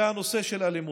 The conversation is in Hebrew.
וזה הנושא של האלימות: